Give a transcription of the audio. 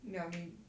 ya maybe